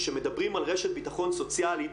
כשמדברים על רשת ביטחון סוציאלי,